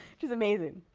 which is amazing,